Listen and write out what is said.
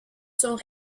sont